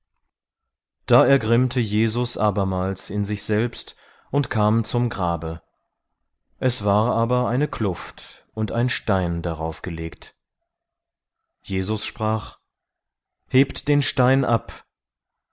da ergrimmte jesus abermals in sich selbst und kam zum grabe es war aber eine kluft und ein stein daraufgelegt jesus sprach hebt den stein ab